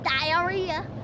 diarrhea